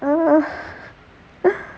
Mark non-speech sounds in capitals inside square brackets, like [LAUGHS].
[LAUGHS]